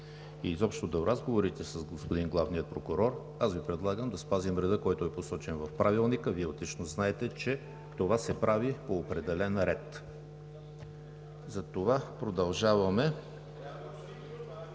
и изобщо до разговорите с господин главния прокурор, предлагам Ви да спазим реда, който е посочен в Правилника, Вие отлично знаете, че това се прави по определен ред. Затова продължаваме…